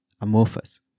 Amorphous